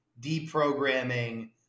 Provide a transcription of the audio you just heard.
deprogramming